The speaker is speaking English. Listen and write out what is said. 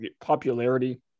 popularity